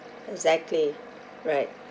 exactly right